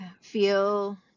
feel